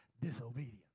disobedience